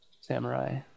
samurai